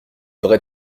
vraie